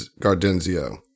Gardenzio